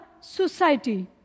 society